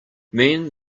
men